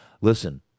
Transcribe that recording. Listen